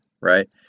right